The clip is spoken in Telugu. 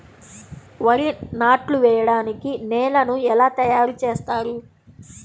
వరి నాట్లు వేయటానికి నేలను ఎలా తయారు చేస్తారు?